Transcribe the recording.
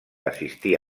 assistir